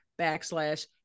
backslash